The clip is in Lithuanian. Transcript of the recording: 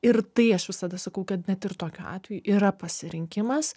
ir tai aš visada sakau kad net ir tokiu atveju yra pasirinkimas